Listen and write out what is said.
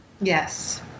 Yes